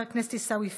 חבר הכנסת עיסאווי פריג'